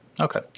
Okay